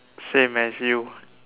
same as you